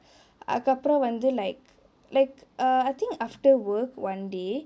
அதுக்கு அப்ரோ வந்து:athuku apro vanthu like like err I think after work one day